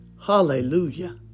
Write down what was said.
Hallelujah